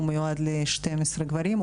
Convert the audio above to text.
הוא מיועד ל-12 גברים,